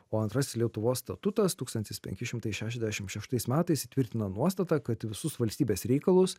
o antrasis lietuvos statutas tūkstantis penki šimtai šešiasdešim šeštais metais įtvirtino nuostatą kad visus valstybės reikalus